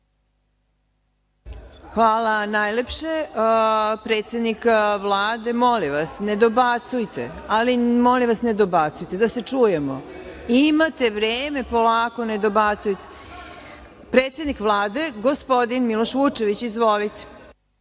Hvala najlepše. Predsednik Vlade. Molim vas ne dobacujte, ali molim vas ne dobacujte, da se čujemo imate vreme polako ne dobacujte. Predsednik Vlade Miloš Vučević. Izvolite.